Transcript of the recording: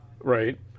right